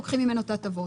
לוקחים ממנו את ההטבות.